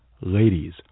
Ladies